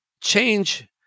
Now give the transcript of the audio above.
change